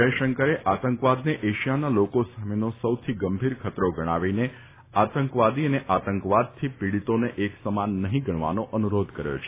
જયશંકરે આતંકવાદને એશિયાના લોકો સામેનો સૌથી ગંભીર ખતરો ગણાવીને આતંકવાદી અને આતંકવાદથી પિડીતોને એકસમાન નહીં ગણવાનો અનુરોધ કર્યો છે